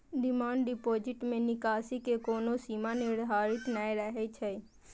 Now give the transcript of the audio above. demand deposit मे निकासी के कोनो सीमा निर्धारित नै रहै छै